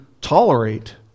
tolerate